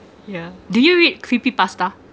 yeah do you read creepy pasta